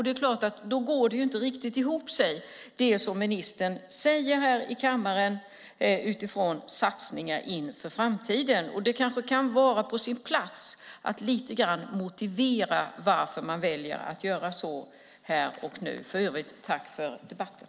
Det går inte riktigt ihop med det som ministern säger här i kammaren om satsningar inför framtiden. Det kan kanske vara på sin plats att lite grann motivera varför man väljer att göra så här och nu. För övrigt vill jag tacka för debatten.